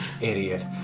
idiot